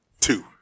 Two